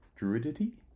druidity